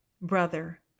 brother